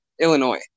Illinois